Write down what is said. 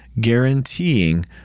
guaranteeing